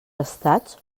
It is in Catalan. estats